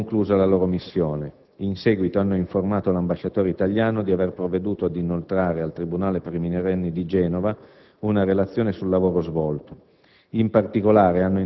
ritenendo conclusa la loro missione. In seguito hanno informato l'Ambasciatore italiano di aver provveduto a inoltrare al tribunale per i minorenni di Genova una relazione sul lavoro svolto.